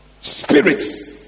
spirits